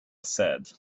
said